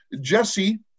Jesse